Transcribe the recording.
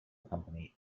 company